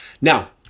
Now